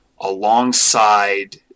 alongside